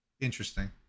Interesting